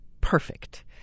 perfect